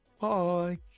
bye